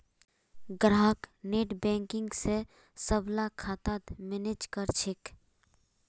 ग्राहक नेटबैंकिंग स सबला खाता मैनेज कर छेक